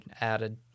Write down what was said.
added